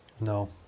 No